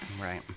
Right